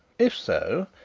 if so,